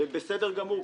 ובסדר גמור,